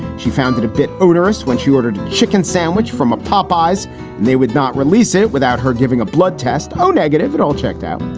she found it a bit onerous when she ordered chicken sandwich from a popeyes and they would not release it without her giving a blood test. oh, negative. it all checked out.